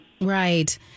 Right